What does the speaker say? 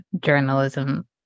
journalism